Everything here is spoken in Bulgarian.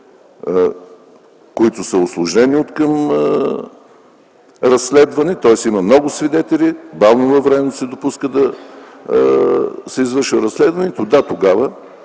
които са усложнени откъм разследване, тоест има много свидетели, бавно във времето се допуска да се извършва разследването. Да, тогава